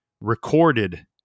recorded